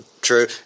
True